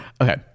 okay